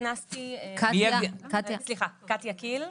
קטיה קיל,